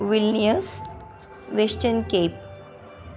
Willis Western Cape